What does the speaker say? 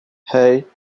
hey